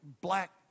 black